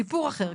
סיפור אחר,